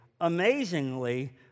amazingly